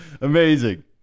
Amazing